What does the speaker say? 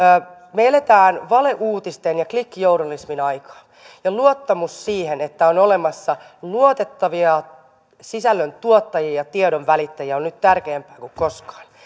me elämme valeuutisten ja klikkijournalismin aikaa ja luottamus siihen että on olemassa luotettavia sisällöntuottajia ja tiedonvälittäjiä on nyt tärkeämpää kuin koskaan